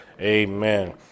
amen